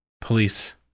Police